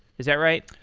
is that right?